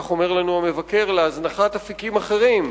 כך אומר לנו המבקר, להזנחת אפיקים אחרים